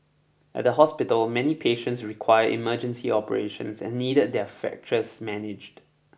at the hospital many patients required emergency operations and needed their fractures managed